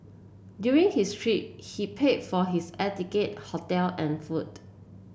during his trip he paid for his air ticket hotel and food